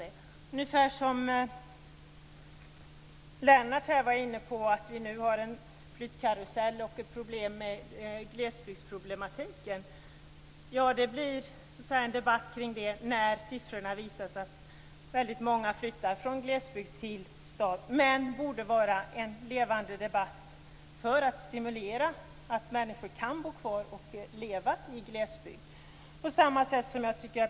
Det är ungefär som Lennart Daléus var inne på, att det nu sker en flyttkarusell och att glesbygdsproblematiken är aktuell. Det uppstår då en debatt när det visar sig att det är väldigt många som flyttar från glesbygd till stad, men debatten borde hela tiden hållas levande för att man skall kunna stimulera människor att leva och bo kvar i glesbygden.